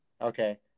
okay